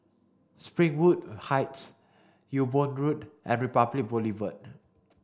Springwood Heights Ewe Boon Road and Republic Boulevard